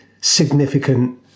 significant